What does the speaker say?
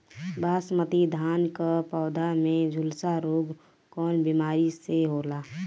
बासमती धान क पौधा में झुलसा रोग कौन बिमारी से होला?